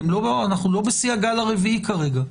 אנחנו לא בשיא הגל הרביעי כרגע,